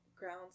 grounds